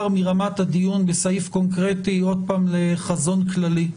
מרמת הדיון בסעיף קונקרטי לחזון כללי.